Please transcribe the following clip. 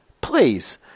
Please